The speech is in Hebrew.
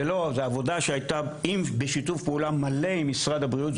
עבודה שהייתה בשיתוף פעולה מלא עם משרד הבריאות.